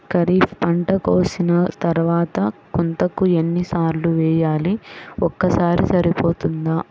ఖరీఫ్ పంట కోసిన తరువాత గుంతక ఎన్ని సార్లు వేయాలి? ఒక్కసారి సరిపోతుందా?